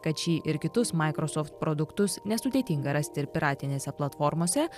kad šį ir kitus microsoft produktus nesudėtinga rasti ir piratinėse platformose